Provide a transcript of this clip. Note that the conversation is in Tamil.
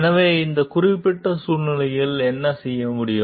எனவே இந்த குறிப்பிட்ட சூழ்நிலையில் என்ன செய்ய முடியும்